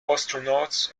astronauts